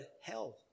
hell